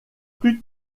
plus